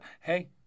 Hey